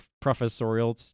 professorial